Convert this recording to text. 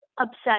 upset